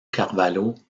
carvalho